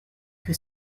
que